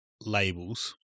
labels